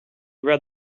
read